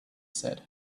said